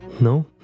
No